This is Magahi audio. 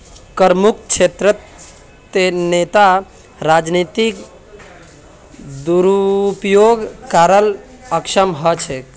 करमुक्त क्षेत्रत नेता राजनीतिक दुरुपयोग करवात अक्षम ह छेक